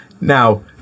Now